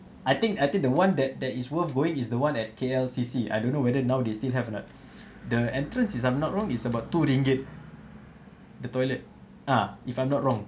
I think I think the one that that is worth going is the one at K_L_C_C I don't know whether now they still have or not the entrance is I'm not wrong is about two ringgit the toilet ah if I'm not wrong